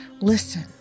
listen